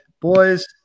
boys